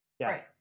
Right